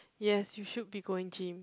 yes you should be going gym